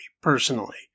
personally